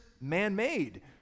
man-made